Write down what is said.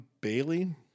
Bailey